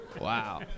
Wow